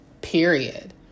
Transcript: Period